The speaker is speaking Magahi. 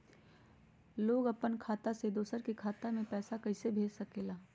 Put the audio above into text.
लोग अपन खाता से दोसर के खाता में पैसा कइसे भेज सकेला?